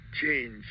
change